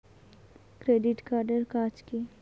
Credit card এর কাজ কি?